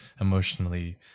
emotionally